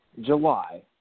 July